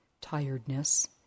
tiredness